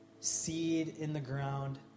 seed-in-the-ground